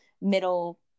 middle